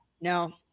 No